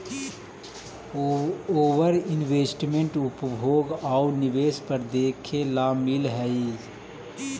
ओवर investment उपभोग आउ निवेश पर देखे ला मिलऽ हई